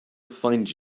find